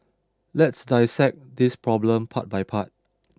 let's dissect this problem part by part